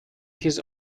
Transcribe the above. his